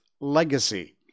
Legacy